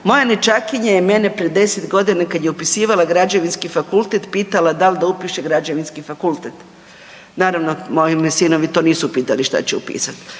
Moja nećakinja je mene pred 10 godina kada je upisivala Građevinski fakultet pitala dal da upiše Građevinski fakultet, naravno moji me sinovi to nisu pitali šta će upisat.